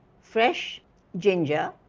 fresh ginger,